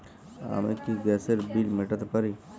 আমি কি গ্যাসের বিল মেটাতে পারি?